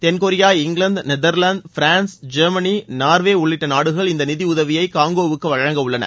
தென்கொியா England நெதர்ராந்து France Germany Norway உள்ளிட்ட நாடுகள் இந்த நிதியுதவியை காங்கோவுக்கு வழங்கவுள்ளன